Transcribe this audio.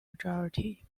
majority